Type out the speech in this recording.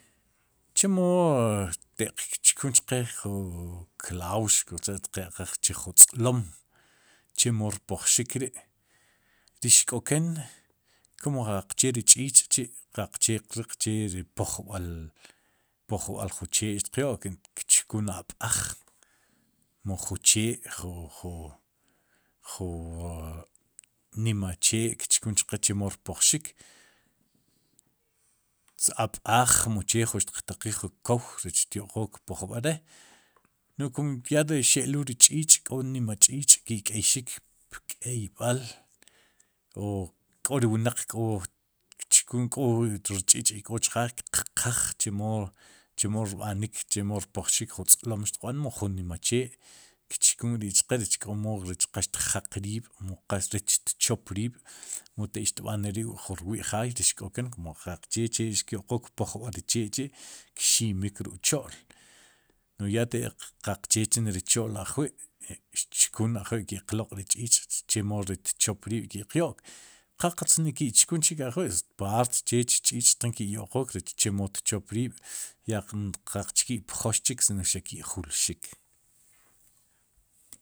Chemo te'q tchkun chqe jun klaux kujcha tiq ya'qaaj chu jun tz'lom chemo rpoj xik ri' ri xk'oken qaqche ri ch'ich'chi'qaqche qriq che ri pojb'al jun chee tiq yo'k kchkun ab'aj mu jun chee ju ju ju nima chee kchkunchqe chemo rpoj xik ab'aj mu che jun xtiq taqiij, jun kow rech xtyo'qook poj bare' nu'j kum ya taq xe'luul ke ch'iich' k'o nimach'ich'ki'k'eyxik pk'ey b'al o k'o ri wnaq k'o kchun k'o rch' ch'ik'chjaay kqaqaj chemo chemo rab'nik chemo rpoj xik jun tz'lom xtiq b'an mu nima chee kchkun k'ri'chqe rech k'omo qa ixtjeq rrib' mu qa rech xtchop riib' mu te' xtb'aan neri' ju rwi'jaay rech xk 'oken kun qaqche che ri kyo'qook pojb'al ri chee chi' kximik xuk'cho'l n'oj yaa qaqche chri'cho'l ajwi' tchkun ajwi'qloq'ri ch'ch' chemo ri tchop riib' ki'q yo'k qaqatz ni ki'chkun chik ajwi' paart chech ch'ich'tjin ki'yo'qook rech chemo tchop riib'ya qa ki'pjox chik sino xaq ki'julxik.